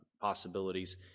possibilities